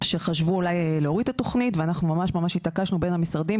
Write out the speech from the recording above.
שחשבו אולי להוריד את התוכנית ואנחנו ממש התעקשנו בין המשרדים,